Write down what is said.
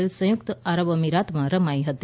L સંયુક્ત આરબ અમીરાતમાં રમાઈ હતી